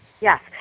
Yes